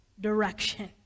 direction